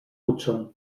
hudson